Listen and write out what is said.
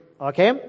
Okay